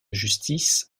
justice